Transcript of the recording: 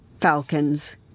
falcons